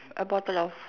a bottle of